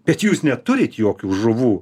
bet jūs neturit jokių žuvų